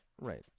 right